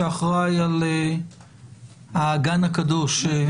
שאחראי על האגן הקדוש.